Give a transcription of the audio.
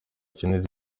kinini